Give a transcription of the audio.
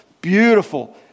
beautiful